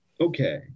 Okay